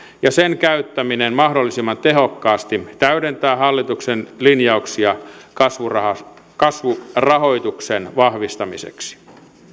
ja sen käyttäminen mahdollisimman tehokkaasti täydentää hallituksen linjauksia kasvurahoituksen kasvurahoituksen vahvistamiseksi